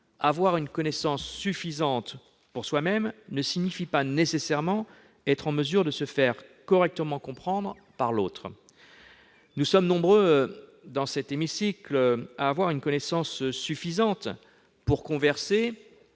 Avoir une connaissance suffisante ne signifie pas nécessairement être en mesure de se faire correctement comprendre par l'autre. Nous sommes nombreux, dans cet hémicycle, à avoir une connaissance suffisante de l'anglais,